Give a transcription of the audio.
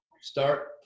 Start